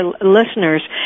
listeners